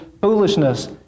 foolishness